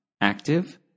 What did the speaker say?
Active